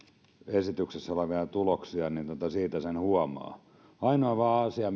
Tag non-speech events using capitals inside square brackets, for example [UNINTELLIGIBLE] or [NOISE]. esityksessä olevia tuloksia niin siitä sen huomaa ainoa asia [UNINTELLIGIBLE]